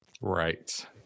Right